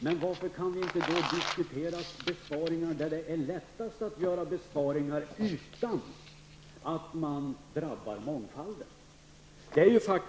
Men varför kan vi inte då diskutera besparingar där det är lättast att göra dem utan att det drabbar mångfalden?